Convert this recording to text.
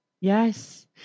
Yes